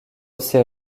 ces